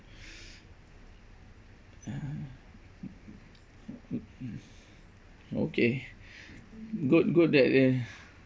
okay good good that uh